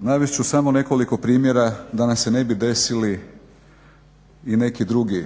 navest ću samo nekoliko primjera da nam se ne bi desili i neki drugi